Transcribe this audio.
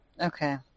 Okay